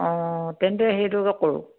অঁ তেন্তে সেইটোকে কৰোঁ